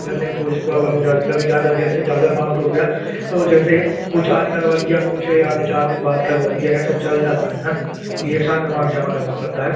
करने में थोड़ी सी प्रॉब्लम हो जाती कभी ज़्यादा जैसे ज़्यादा अमाउन्ट हो गया तो जैसे कुछ आज करवा दिया कुछ यानी चार दिन बाद करवा दिया ऐसा चल जाता है ना कि एकसाथ जमा जमा करना पड़ता है